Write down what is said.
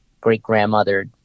great-grandmother